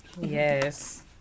Yes